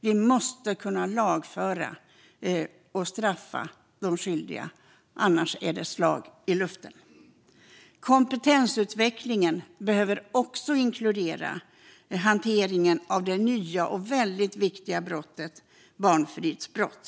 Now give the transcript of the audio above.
De skyldiga måste lagföras och straffas, annars är det slag i luften. Kompetensutvecklingen behöver också inkludera hanteringen av den nya, viktiga rubriceringen barnfridsbrott.